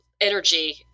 energy